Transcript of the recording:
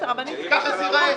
ככה זה ייראה.